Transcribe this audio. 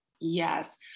Yes